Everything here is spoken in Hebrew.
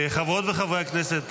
חברות וחברי הכנסת,